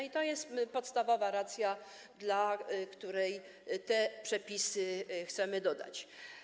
I to jest podstawowa racja, dla której te przepisy chcemy dodać.